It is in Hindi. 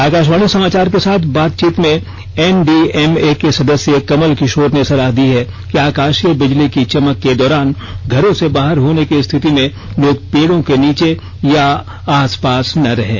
आकाशवाणी समाचार के साथ बातचीत में एन डी एम ए के सदस्य कमल किशोर ने सलाह दी है कि आकाशीय बिजली की चमक के दौरान घरों से बाहर होने की स्थिति में लोग पेड़ों के नीचे या आसपास न रहें